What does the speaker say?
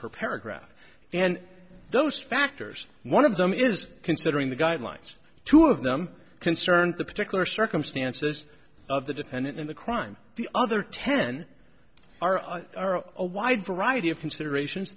per paragraph and those factors one of them is considering the guidelines two of them concerned the particular circumstances of the defendant in the crime the other ten are a wide variety of considerations